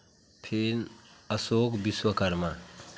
फिर अशोक विश्वकर्मा